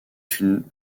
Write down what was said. une